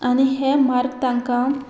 आनी हे मार्क तांकां